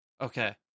Okay